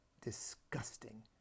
disgusting